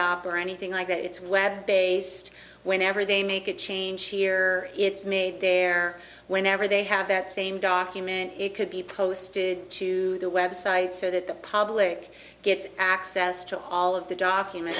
up or anything like that it's web based whenever they make a change here it's made there whenever they have that same document it could be posted to the web site so that the public gets access to all of the document